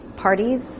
parties